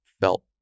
felt